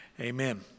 Amen